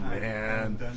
man